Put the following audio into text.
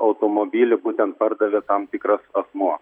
automobilį būtent pardavė tam tikras asmuo